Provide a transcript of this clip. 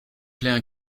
plaies